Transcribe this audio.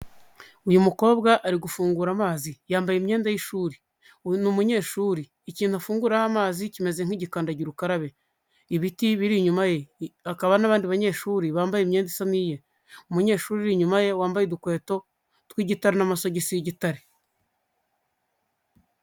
Uyu mukobwa ari gufungura amazi ,yambaye imyenda y'ishuri, uyu n'umunyeshuri, ikintu afunguriraho amazi kimeze nk'igikandagira ukarabe ,ibiti biri inyuma ye, akaba n'abandi banyeshuri bambaye imyenda isa niye ,umunyeshuri uri inyuma wambaye udukweto twigitare n'amasogisi y'igitare.